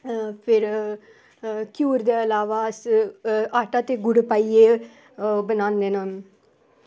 फिर घ्यूर दे इलावा अस आटा ते गुड़ पाइयै ओह् बनाने न